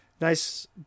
Nice